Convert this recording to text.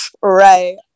Right